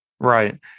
Right